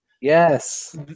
Yes